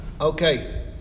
Okay